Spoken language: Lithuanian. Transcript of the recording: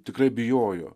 tikrai bijojo